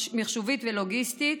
מחשובית ולוגיסטית.